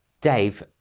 Dave